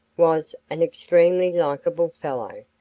was an extremely likable fellow,